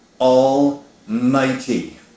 Almighty